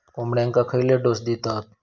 कोंबड्यांक खयले डोस दितत?